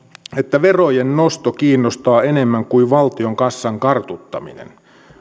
että verojen nosto kiinnostaa enemmän kuin valtion kassan kartuttaminen